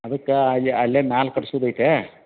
ಅದಕ್ಕೆ ಅಲ್ಲೇ ಮ್ಯಾಲೆ ಕಟ್ಸುದು ಐತೆ